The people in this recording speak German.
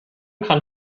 kann